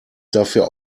dafür